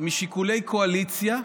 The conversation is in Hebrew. משיקולי קואליציה,